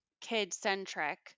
kid-centric